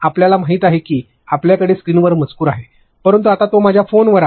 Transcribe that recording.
आपल्याला माहिती आहे की आपल्याकडे स्क्रीनवर मजकूर आहे परंतु आता तो माझ्या फोनवर आहे